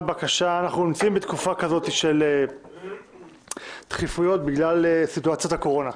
נמצאים בתקופה כזאת של דחיפויות בגלל סיטואציית הקורונה.